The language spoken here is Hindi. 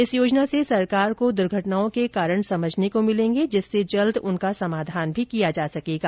इस योजना से सरकार को दुर्घटनाओं के कारण समझने को मिलेंगे जिससे जल्द उनका समाधान भी किया जा सकेगा